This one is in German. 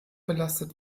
belastet